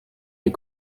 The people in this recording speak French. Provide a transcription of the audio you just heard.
les